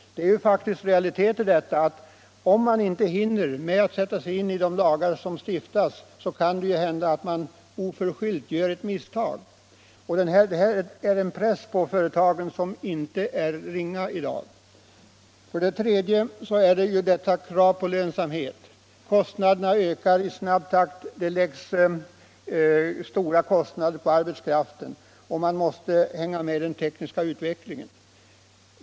Det är faktiskt realiteter. Om man inte hinner sätta sig in i de lagar som stiftas, kan det hända att man helt utan avsikt råkar göra ett sådant misstag. Detta innebär en press på företagen i dag som inte är ringa. För det tredje är det kravet på lönsamhet. Kostnaderna ökar i snabb takt, inte minst för arbetskraften. Och man måste hänga med i den tekniska utvecklingen.